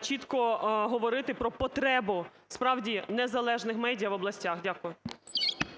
чітко говорити про потребу справді незалежних медіа в областях. Дякую.